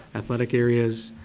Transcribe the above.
athletic areas,